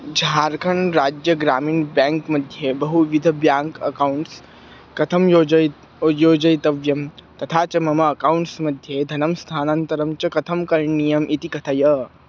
झार्खण्डराज्यस्य ग्रामीणं बेङ्क्मध्ये बहुविध ब्याङ्क् अकौण्ट्स् कथं योजितं योजयितव्यं तथा च मम अकौण्ट्स्मध्ये धनस्य स्थानान्तरं च कथं करणीयम् इति कथय